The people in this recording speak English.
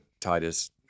Titus